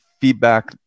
feedback